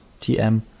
TM